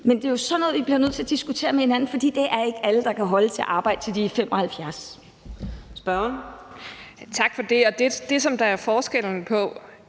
men det er jo sådan noget, I bliver nødt til at diskutere med hinanden, for det er ikke alle, der kan holde til at arbejde, til de er